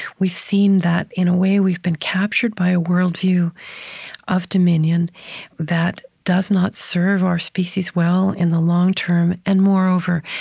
we've seen that, in a way, we've been captured by a worldview of dominion that does not serve our species well in the long term, and, moreover,